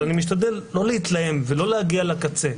אבל אני משתדל לא להתלהם ולא להגיע לקצה.